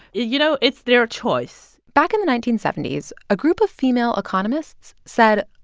you know, it's their choice back in the nineteen seventy s, a group of female economists said,